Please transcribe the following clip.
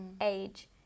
age